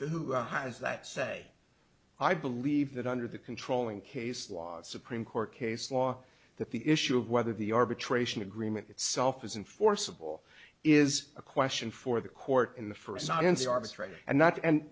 who has that say i believe that under the controlling case law supreme court case law that the issue of whether the arbitration agreement itself is in forcible is a question for the court in the f